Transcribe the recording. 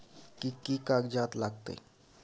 कि कि कागजात लागतै?